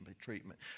treatment